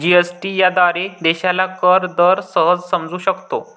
GST याद्वारे देशाला कर दर सहज समजू शकतो